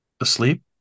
Asleep